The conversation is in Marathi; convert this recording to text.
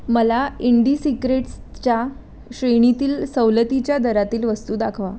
मला इंडिसिक्रेट्सच्या श्रेणीतील सवलतीच्या दरातील वस्तू दाखवा